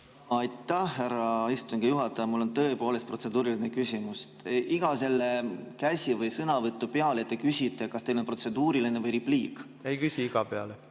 Aitäh, härra istungi juhataja! Mul on tõepoolest protseduuriline küsimus. Te iga selle "Käsi" või "Sõnavõtt" peale küsite, kas teil on protseduuriline või repliik. Ei küsi iga peale.